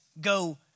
go